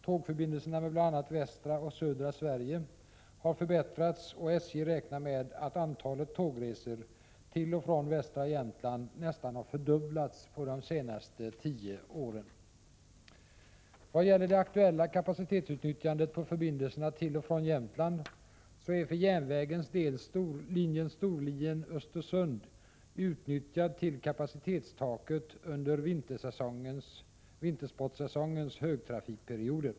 Tågförbindelserna med bl.a. västra och södra Sverige har förbättrats, och SJ räknar med att antalet tågresor till och från västra Jämtland nästan har fördubblats på de senaste tio åren. Vad gäller det aktuella kapacitetsutnyttjandet på förbindelserna till och från Jämtland är för järnvägens del linjen Storlien-Östersund utnyttjad till kapacitetstaket under vintersportsäsongens högtrafikperioder.